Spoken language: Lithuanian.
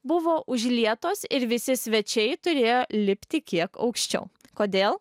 buvo užlietos ir visi svečiai turėjo lipti kiek aukščiau kodėl